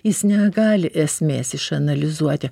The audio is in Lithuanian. jis negali esmės išanalizuoti